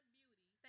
beauty